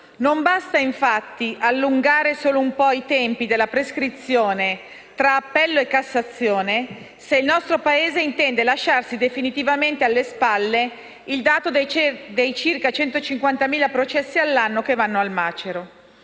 non basta allungare solo un po' i tempi della prescrizione tra appello e Cassazione se il nostro Paese intende lasciarsi definitivamente alle spalle il dato dei circa 150.000 processi all'anno che vanno al macero.